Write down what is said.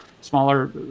smaller